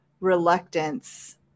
reluctance